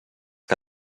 que